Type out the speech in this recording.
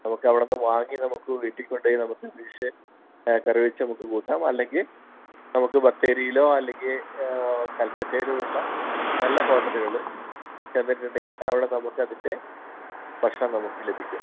നമുക്ക് അവിടെ നിന്ന് വാങ്ങി നമുക്ക് വീട്ടിൽ കൊണ്ടുപോയി നമുക്ക് ഫിഷ് കറിവെച്ച് നമുക്ക് കൂട്ടാം അല്ലെങ്കിൽ നമുക്ക് ബത്തേരിയിലോ അല്ലെങ്കിൽ കല്പറ്റയിലോ ഉള്ള നല്ല ഹോട്ടലുകൾ എന്തെങ്കിലും ഉണ്ടെങ്കിൽ അവിടെ നമുക്ക് അതിൻ്റെ ഭക്ഷണം നമുക്ക് ലഭിക്കും